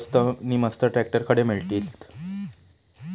या महिन्याक स्वस्त नी मस्त ट्रॅक्टर खडे मिळतीत?